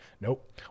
Nope